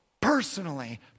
personally